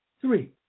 Three